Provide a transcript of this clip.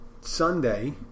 Sunday